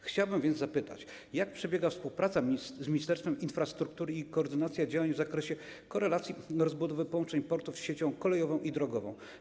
Chciałbym więc zapytać, jak przebiega współpraca z Ministerstwem Infrastruktury i koordynacja działań w zakresie korelacji rozbudowy połączeń portów z siecią kolejową i drogową.